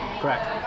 Correct